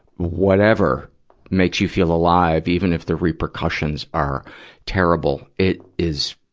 whatever makes you feel alive even if the repercussions are terrible it is,